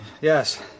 Yes